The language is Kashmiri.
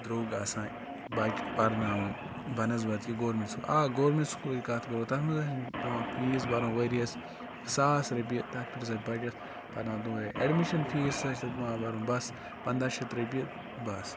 درٛوٚگ آسان بَچہِ پَرناوُن بَنَصبَت یہِ گورمِنٹ سکوٗل آ گورمٮ۪نٛٹ سکوٗلٕچ کَتھ کَرو تَتھ منٛز ہَسا چھِ پٮ۪وان فیٖس بَرُن ؤریَس ساس رۄپیہِ تَتھ پٮ۪ٹھ ہَسا بَچَس پَرناو تورے اٮ۪ڈمِشَن فیٖس پٮ۪وان بَرُن بَس پنٛداہ شَتھ رۄپیہِ بَس